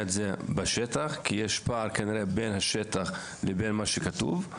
את זה בשטח כי שיש פער בין השטח לבין מה שכתוב.